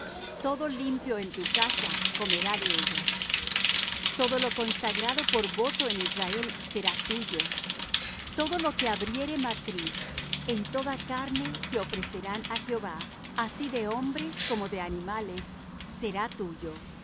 todo limpio en tu casa comerá de ellas todo lo consagrado por voto en israel será tuyo todo lo que abriere matriz en toda carne que ofrecerán á jehová así de hombres como de animales será tuyo